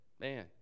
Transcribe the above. man